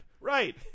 Right